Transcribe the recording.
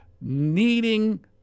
needing